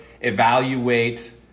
evaluate